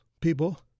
people